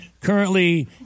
currently